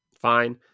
fine